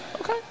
Okay